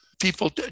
people